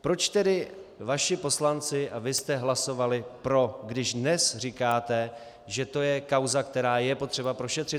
Proč tedy vaši poslanci a vy jste hlasovali pro, když dnes říkáte, že to je kauza, která je potřeba prošetřit?